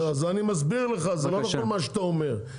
אז אני מסביר לך זה לא נכון מה שאתה אומר,